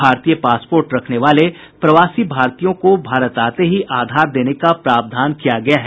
भारतीय पासपोर्ट रखने वाले प्रवासी भारतीयों को भारत आते ही आधार देने का प्रावधान किया गया है